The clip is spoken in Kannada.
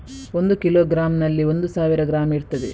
ಒಂದು ಕಿಲೋಗ್ರಾಂನಲ್ಲಿ ಒಂದು ಸಾವಿರ ಗ್ರಾಂ ಇರ್ತದೆ